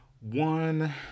One